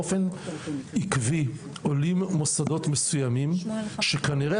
באופן עקבי עולים מוסדות מסוימים שכנראה